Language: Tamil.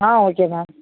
ah okay ma'am